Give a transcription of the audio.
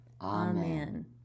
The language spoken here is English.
Amen